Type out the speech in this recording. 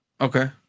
Okay